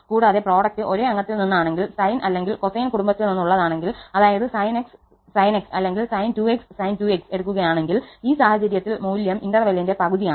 കൂടാതെ പ്രോഡക്റ്റ് ഒരേ അംഗത്തിൽ നിന്നാണെങ്കിൽ സൈൻ അല്ലെങ്കിൽ കൊസൈൻ കുടുംബത്തിൽ നിന്നുള്ളതാണെങ്കിൽ അതായത് sin𝑥sin𝑥 അല്ലെങ്കിൽ sin2𝑥 sin2𝑥 എടുക്കുകയാണെങ്കിൽ ഈ സാഹചര്യത്തിൽ മൂല്യം ഇടവേളയുടെ പകുതിയാണ്